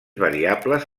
variables